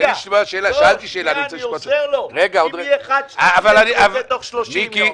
אני עוזר לו: אם יהיה תקציב חד-שנתי הוא יבוא בתוך 30 ימים,